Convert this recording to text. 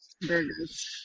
Burgers